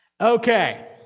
Okay